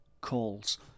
calls